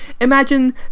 Imagine